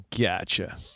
Gotcha